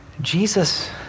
Jesus